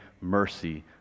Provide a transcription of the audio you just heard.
mercy